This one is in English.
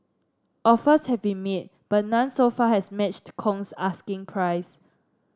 offers have been made but none so far has matched Kong's asking price